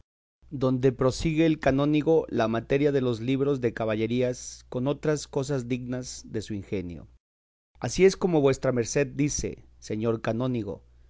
donde prosigue el canónigo la materia de los libros de caballerías con otras cosas dignas de su ingenio así es como vuestra merced dice señor canónigo